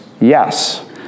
Yes